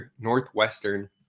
Northwestern